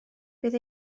bydd